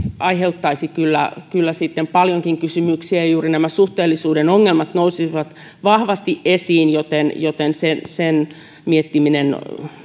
aiheuttaisi kyllä kyllä paljonkin kysymyksiä ja juuri nämä suhteellisuuden ongelmat nousisivat vahvasti esiin joten joten sen sen miettimistä en